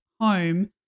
home